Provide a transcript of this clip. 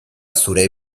zure